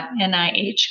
NIH